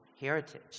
heritage